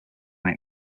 make